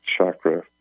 chakra